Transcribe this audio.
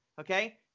Okay